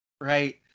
right